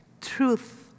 truth